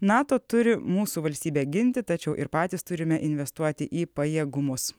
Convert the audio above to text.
nato turi mūsų valstybę ginti tačiau ir patys turime investuoti į pajėgumus